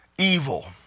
evil